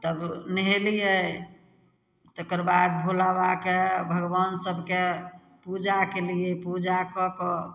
तब नेहेलियै तकरबाद भोलाबाबाके भगवान सबके पूजा कयलियै पूजा कऽ कऽ